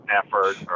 effort